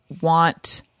want